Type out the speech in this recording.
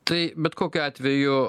tai bet kokiu atveju